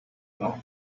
know